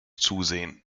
zusehen